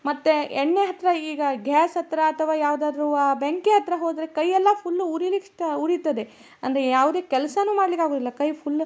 ಮತ್ತೆ ಎಣ್ಣೆ ಹತ್ತಿರ ಈಗ ಗ್ಯಾಸ್ ಹತ್ತಿರ ಅಥವಾ ಯಾವ್ದಾದ್ರೂ ಬೆಂಕಿ ಹತ್ತಿರ ಹೋದರೆ ಕೈಯೆಲ್ಲ ಫುಲ್ಲು ಉರಿಲಿಕ್ಕೆ ಸ್ಟ ಉರಿತದೆ ಅಂದರೆ ಯಾವುದೆ ಕೆಲಸನು ಮಾಡಲಿಕ್ಕಾಗುದಿಲ್ಲ ಕೈ ಫುಲ್